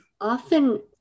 Often